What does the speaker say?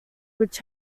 which